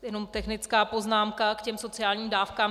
Jenom technická poznámka k těm sociálním dávkám.